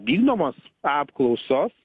vykdomos apklausos